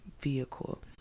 vehicle